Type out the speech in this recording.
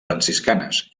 franciscanes